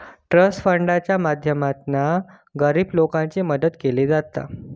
trust फंडाच्या माध्यमातना गरीब लोकांची मदत केली जाता